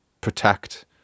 protect